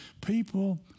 People